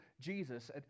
Jesus